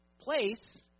place